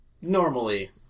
normally